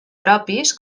propis